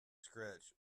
scratch